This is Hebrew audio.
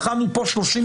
בחנו פה שלושים מדינות.